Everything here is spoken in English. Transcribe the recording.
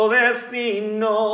destino